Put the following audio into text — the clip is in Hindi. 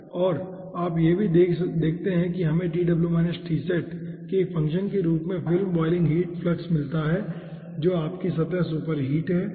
यहां आप यह भी देखते हैं कि हमें के एक फंक्शन के रूप में फिल्म बॉयलिंग हीट फ्लक्स मिलता है जो आपकी सतह सुपरहीट है